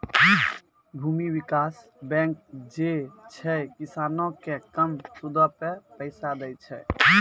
भूमि विकास बैंक जे छै, किसानो के कम सूदो पे पैसा दै छे